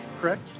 correct